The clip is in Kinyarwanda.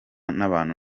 n’abantu